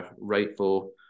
rightful